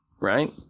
Right